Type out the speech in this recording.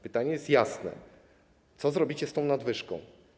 Pytanie jest jasne: Co zrobicie z tą nadwyżką?